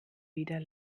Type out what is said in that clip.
wieder